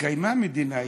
התקיימה מדינה יהודית,